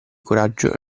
coraggio